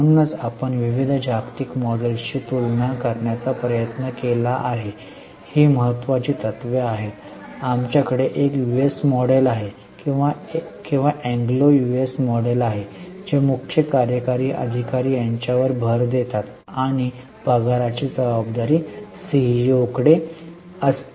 म्हणूनच आपण विविध जागतिक मॉडेल्सची तुलना करण्याचा प्रयत्न केला आहे ही महत्त्वाची तत्त्वे आहेत आमच्याकडे एक यूएस मॉडेल आहे किंवा एंग्लो यूएस मॉडेल आहे जे मुख्य कार्यकारी अधिकारी यांच्यावर भर देतात आणि पगाराची जबाबदारी सीईओकडे असते